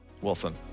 Wilson